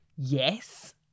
Yes